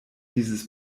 dieses